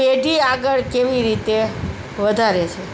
પેઢી આગળ કેવી રીતે વધારે છે